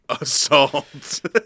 assault